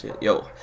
Yo